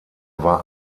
war